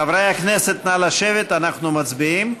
חברי הכנסת, נא לשבת, אנחנו מצביעים.